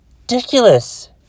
ridiculous